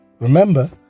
Remember